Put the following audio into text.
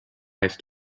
eest